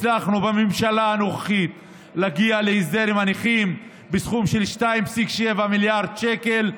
הצלחנו בממשלה הנוכחית להגיע להסדר עם הנכים בסכום של 2.7 מיליארד שקל.